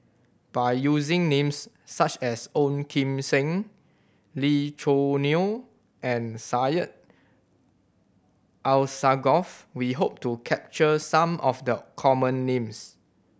by using names such as Ong Kim Seng Lee Choo Neo and Syed Alsagoff we hope to capture some of the common names